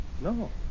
No